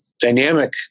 dynamic